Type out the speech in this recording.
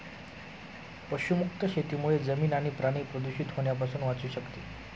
पशुमुक्त शेतीमुळे जमीन आणि पाणी प्रदूषित होण्यापासून वाचू शकते